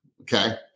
okay